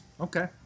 Okay